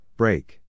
Break